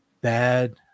bad